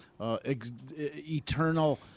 eternal